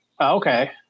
Okay